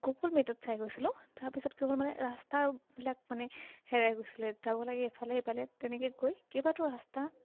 Google মেপত চাই গৈছিলোঁ তাৰপিছত কি হ'ল মানে ৰাস্তাৰবিলাক মানে হেৰাই গৈছিলে যাব লাগে ইফালে ইফালে তেনেকৈ গৈ কেইবাটাও ৰাস্তা